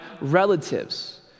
relatives